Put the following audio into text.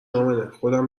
امنهخودم